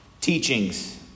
teachings